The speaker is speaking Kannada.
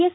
ಎಸ್